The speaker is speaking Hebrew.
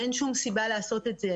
ואין שום סיבה לעשות את זה.